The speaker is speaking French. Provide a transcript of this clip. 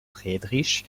friedrich